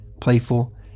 playful